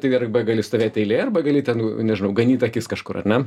tai arba gali stovėti eilėje arba gali ten nežinau ganyt akis kažkur ar ne